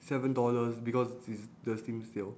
seven dollars because is there's still sale